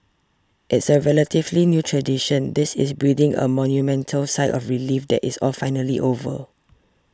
it's a relatively new tradition this is breathing a monumental sigh of relief that it's all finally over